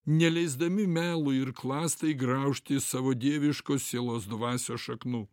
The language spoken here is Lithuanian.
neleisdami melui ir klastai graužti savo dieviškos sielos dvasios šaknų